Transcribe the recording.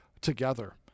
together